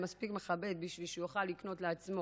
מספיק מכבד בשביל שהוא יוכל לקנות לעצמו